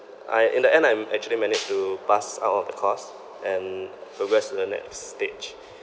I in the end I'm actually managed to pass out of the course and progress to the next stage